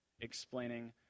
explaining